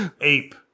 Ape